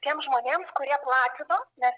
tiems žmonėms kurie platino nes